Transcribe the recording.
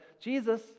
Jesus